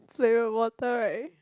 flavored water right